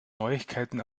neuigkeiten